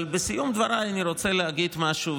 אבל בסיום דבריי אני רוצה להגיד משהו,